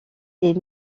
est